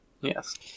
Yes